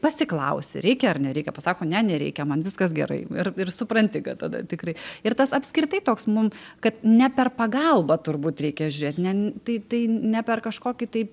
pasiklausti reikia ar nereikia pasako ne nereikia man viskas gerai ir ir supranti kad tada tikrai ir tas apskritai toks mum kad ne per pagalbą turbūt reikia žiūrėt ne tai tai ne per kažkokį tai